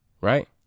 right